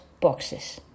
boxes